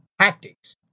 tactics